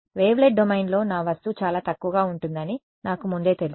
wavelet డొమైన్లో నా వస్తువు చాలా తక్కువగా ఉంటుందని నాకు ముందే తెలుసు